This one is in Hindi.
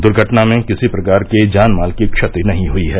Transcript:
दर्घटना में किसी प्रकार के जान माल की क्षति नहीं हई है